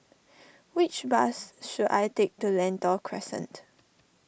which bus should I take to Lentor Crescent